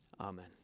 Amen